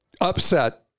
upset